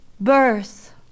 Birth